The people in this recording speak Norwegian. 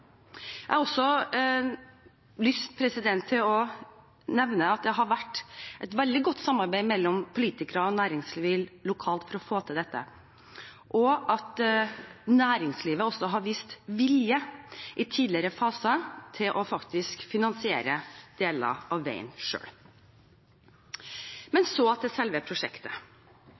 Jeg har også lyst til å nevne at det har vært et veldig godt samarbeid mellom politikere og næringsliv lokalt for å få til dette, og at næringslivet også har vist vilje i tidligere faser til faktisk å finansiere deler av veien selv. Men